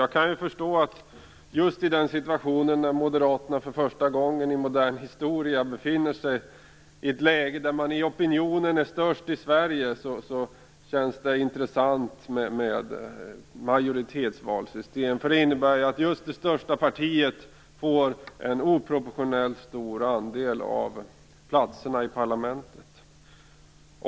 Jag kan förstå att när man som Moderaterna för första gången i modern historia befinner sig i ett läge där man i opinionen är störst i Sverige känns det intressant med majoritetsval. Det innebär ju att det största partiet får en oproportionellt stor andel av platserna i parlamentet.